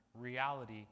reality